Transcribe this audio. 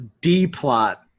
D-plot